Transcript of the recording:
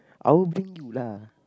I'll bring you lah